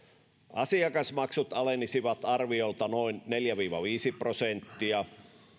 asiakasmaksut alenisivat arviolta noin neljä viiva viisi prosenttia